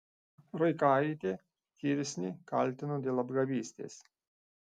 ruikaitė kirsnį kaltino dėl apgavystės